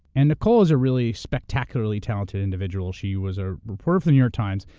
and nikole is a really spectacularly talented individual. she was a reporter for new york times,